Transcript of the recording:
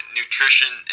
nutrition